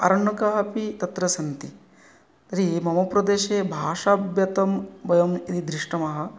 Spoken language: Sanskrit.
अरण्यकाः अपि तत्र सन्ति तर्हि मम प्रदेशे भाषाव्यतं वयं यदि दृष्टमः